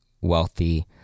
wealthy